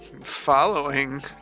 Following